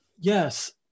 Yes